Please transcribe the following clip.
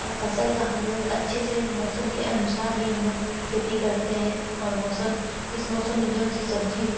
और फ़सल का हम लोग अच्छे से मौसम के अनुसार ही हम लोग खेती करते हैं और मौसम इस मौसम में जोन सी सब्जी हो